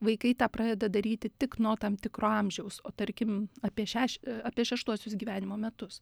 vaikai tą pradeda daryti tik nuo tam tikro amžiaus o tarkim apie šeš apie šeštuosius gyvenimo metus